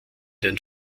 den